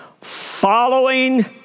following